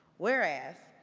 whereas,